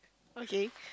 okay